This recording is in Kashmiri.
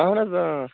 اَہَن حظ